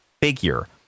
figure